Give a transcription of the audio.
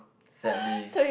sadly